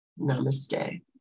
Namaste